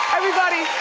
everybody.